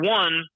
one